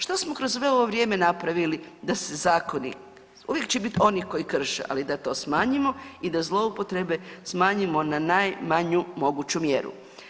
Što smo kroz svo ovo vrijeme napravili da se zakoni, uvijek će biti onih koji krše, ali da to smanjimo i da zloupotrebe smanjimo na najmanju moguću mjeru.